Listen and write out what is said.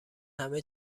همه